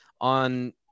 on